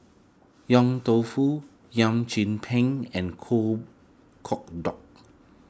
Yong Tau Foo Chim Peng and Kueh Kodok